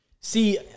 See